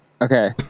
Okay